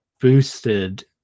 boosted